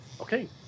Okay